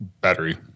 Battery